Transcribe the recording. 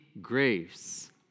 grace